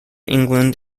england